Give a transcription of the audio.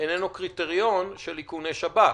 איננו קריטריון של איכוני שב"כ?